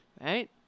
right